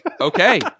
okay